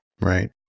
Right